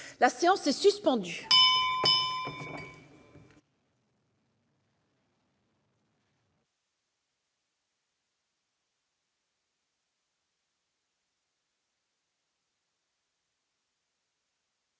La séance est suspendue.